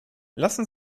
lassen